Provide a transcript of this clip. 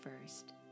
first